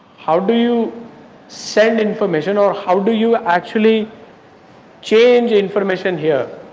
how do you send information or how do you actually change information here?